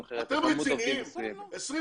אחרת על כמות עובדים מסוימת --- איזה השפעות?